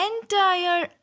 entire